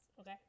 okay